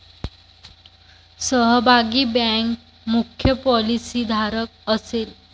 सहभागी बँक मुख्य पॉलिसीधारक असेल